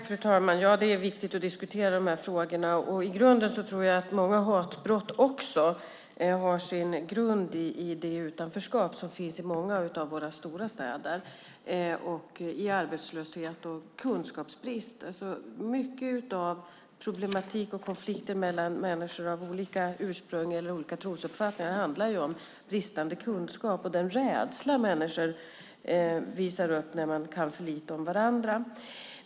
Fru talman! Det är viktigt att diskutera dessa frågor. Jag tror att många hatbrott har sin grund i det utanförskap som finns i många av våra städer, i arbetslöshet och kunskapsbrist. Mycket av problematik och konflikter mellan människor med olika ursprung eller trosuppfattning handlar om bristande kunskap och den rädsla människor visar upp när man kan för lite om varandra.